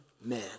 men